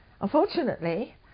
Unfortunately